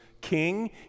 king